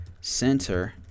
center